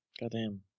Goddamn